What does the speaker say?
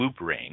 LoopRing